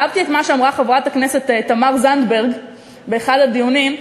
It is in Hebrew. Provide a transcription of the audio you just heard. אהבתי את מה שאמרה חברת הכנסת תמר זנדברג באחד הדיונים,